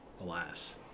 Alas